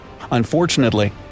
Unfortunately